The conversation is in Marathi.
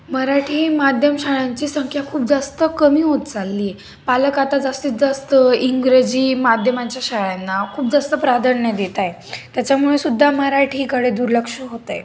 मराठी माध्यम शाळांची संख्या खूप जास्त कमी होत चालली आहे पालक आता जास्तीत जास्त इंग्रजी माध्यमाांच्या शाळांना खूप जास्त प्राधान्य देत आहेत त्याच्यामुळे सुद्धा मराठीकडे दुर्लक्ष होत आहे